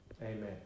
amen